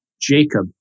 Jacob